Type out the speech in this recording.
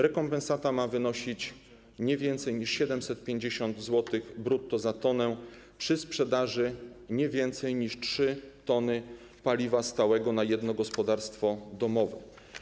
Rekompensata ma wynosić nie więcej niż 750 zł brutto za tonę przy sprzedaży nie więcej niż 3 ton paliwa stałego na jedno gospodarstwo domowe.